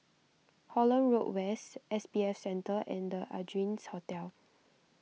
Holland Road West S B F Center and the Ardennes Hotel